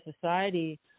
society